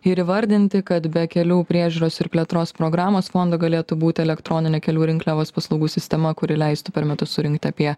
ir įvardinti kad be kelių priežiūros ir plėtros programos fondo galėtų būt elektroninė kelių rinkliavos paslaugų sistema kuri leistų per metus surinkt apie